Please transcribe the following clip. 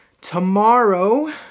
Tomorrow